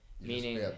meaning